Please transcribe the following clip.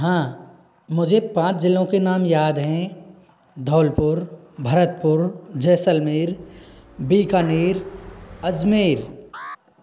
हाँ मुझे पाँच जिलों के नाम याद हैं धौलपुर भरतपुर जैसलमेर बीकानेर अजमेर